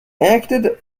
acted